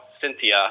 Cynthia